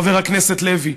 חבר הכנסת לוי.